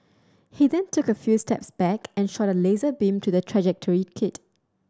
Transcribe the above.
he then took a few steps back and shot a laser beam to the trajectory kit